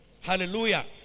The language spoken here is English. hallelujah